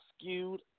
skewed